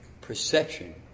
perception